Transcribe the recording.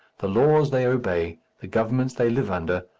the laws they obey, the governments they live under,